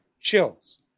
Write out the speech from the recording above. chills